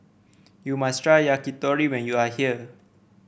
you must try Yakitori when you are here